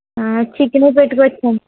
chicken పెట్టుకోవచ్చండి